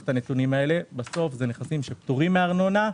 את הנתונים האלה; בסוף אלה נכסים שפטורים מארנונה.